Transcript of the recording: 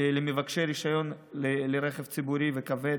למבקשי רישיון לרכב ציבורי וכבד,